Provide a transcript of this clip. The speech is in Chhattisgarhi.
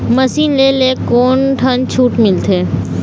मशीन ले ले कोन ठन छूट मिलथे?